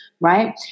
right